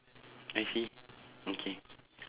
I see okay